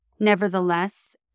Nevertheless